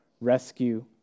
rescue